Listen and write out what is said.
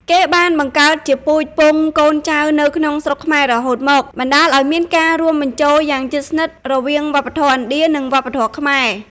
គេបានបង្កើតជាពូជពង្សកូនចៅនៅក្នុងស្រុកខ្មែររហូតមក បណ្តាលឲ្យមានការរួមបញ្ចូលយ៉ាងជិតស្និទ្ធរវាងវប្បធម៌ឥណ្ឌានិងវប្បធម៌ខ្មែរ។